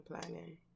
planning